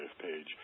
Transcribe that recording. page